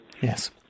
Yes